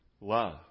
Love